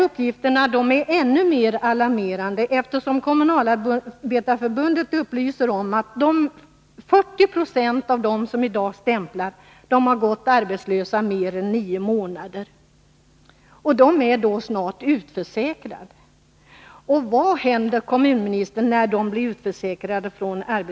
Uppgifterna är ännu mer alarmerande mot bakgrund av att Kommunalarbetareförbundet upplyser om att 40 26 av dem som i dag stämplar har gått arbetslösa mer än nio månader, och de är alltså snart utförsäkrade från arbetslöshetskassan. Vad händer, herr kommunminister, när de blir utförsäkrade?